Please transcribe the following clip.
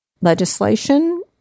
legislation